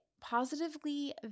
positively